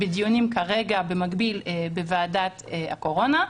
הן בדיונים כרגע במקביל בוועדת הקורונה,